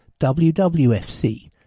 WWFC